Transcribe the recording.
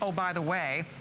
so by the way,